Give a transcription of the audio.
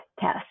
test